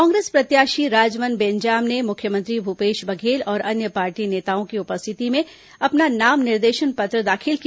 कांग्रेस प्रत्याशी राजमन बेंजाम ने मुख्यमंत्री भूपेश बघेल और अन्य पार्टी नेताओं की उपस्थिति में अपना नाम निर्देशन पत्र दाखिल किया